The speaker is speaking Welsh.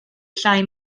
llai